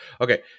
Okay